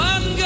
One